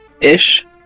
Ish